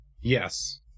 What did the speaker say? Yes